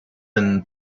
and